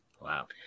Wow